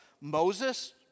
Moses